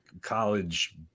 college